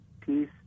peace